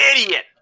idiot